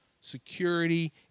Security